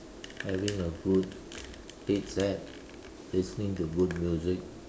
having a good headset listening to good music